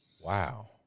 Wow